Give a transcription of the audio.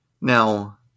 Now